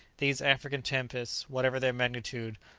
these african tempests, whatever their magnitude,